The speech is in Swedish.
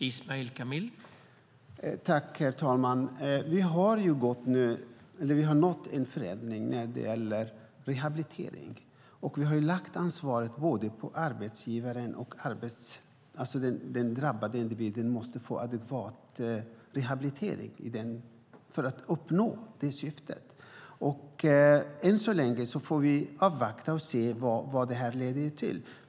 Herr talman! Vi har nått en förändring när det gäller rehabilitering. Den drabbade individen måste få adekvat rehabilitering för att uppnå sitt syfte. Än så länge får vi avvakta och se vad det leder till.